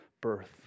birth